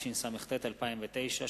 התשס”ט 2009,